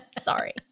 Sorry